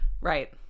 Right